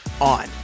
on